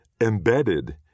embedded